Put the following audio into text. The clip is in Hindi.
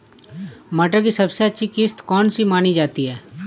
मटर की सबसे अच्छी किश्त कौन सी मानी जाती है?